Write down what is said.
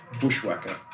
Bushwhacker